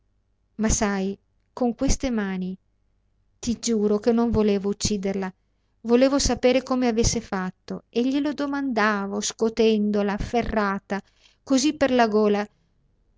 ma sai con queste mani ti giuro che non volevo ucciderla volevo sapere come avesse fatto e glielo domandavo scotendola afferrata così per la gola